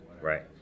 Right